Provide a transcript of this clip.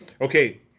Okay